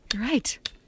right